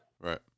Right